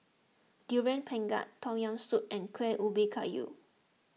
Durian Pengat Tom Yam Soup and Kueh Ubi Kayu